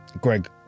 Greg